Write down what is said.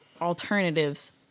alternatives